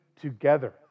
together